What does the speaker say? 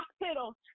hospital